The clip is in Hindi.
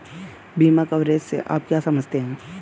बीमा कवरेज से आप क्या समझते हैं?